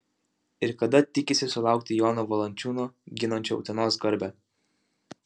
ir kada tikisi sulaukti jono valančiūno ginančio utenos garbę